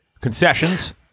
concessions